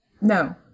No